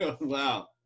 Wow